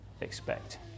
expect